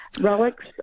Relics